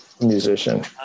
musician